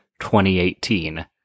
2018